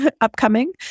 upcoming